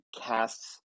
casts